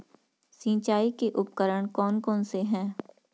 सिंचाई के उपकरण कौन कौन से हैं?